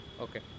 okay